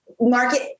market